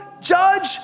judge